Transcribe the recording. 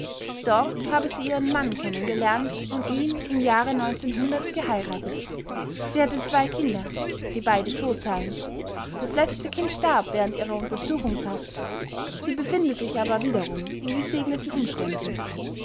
dort habe sie ihren mann kennengelernt und ihn im jahre geheiratet sie hatte zwei kinder die beide tot seien das letzte kind starb während ihrer untersuchungshaft sie befinde sich aber wiederum in gesegneten umständen